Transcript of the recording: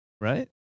Right